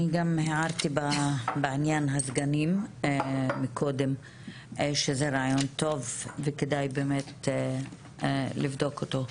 אני גם הערתי בעניין הסגנים קודם שזה רעיון טוב וכדאי לבדוק אותו.